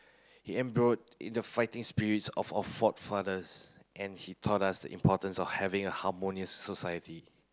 he in the fighting spirits of our forefathers and he taught us the importance of having a harmonious society